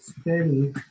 steady